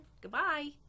Goodbye